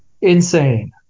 insane